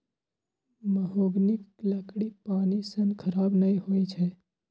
महोगनीक लकड़ी पानि सं खराब नै होइ छै